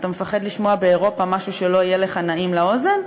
אתה מפחד לשמוע באירופה משהו שלא יהיה לך נעים לאוזן?